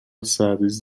سرریز